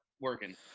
working